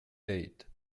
eight